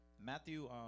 Matthew